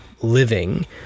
living